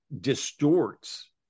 distorts